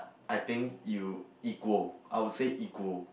I think you equal I would say equal